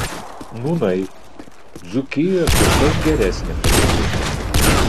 nūnai dzūkijoje kur kas geresnė padėtis